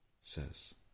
says